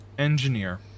Engineer